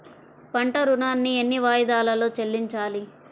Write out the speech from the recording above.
పంట ఋణాన్ని ఎన్ని వాయిదాలలో చెల్లించాలి?